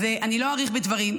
אז אני לא אאריך בדברים,